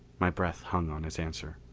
my breath hung on his answer.